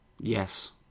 Yes